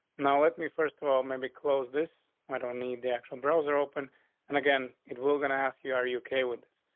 now, let me first of all, maybe close this. i don't need the actual browser open and again, it will gonna ask you are you okay with?